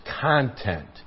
content